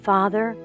Father